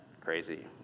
crazy